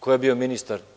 Ko je bio ministar?